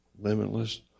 Limitless